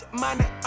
money